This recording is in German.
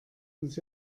uns